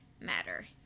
matter